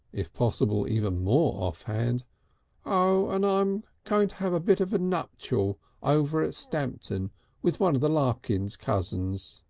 if possible, even more offhand oh! and i'm going to have a bit of a nuptial over at stamton with one of the larkins cousins.